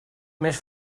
més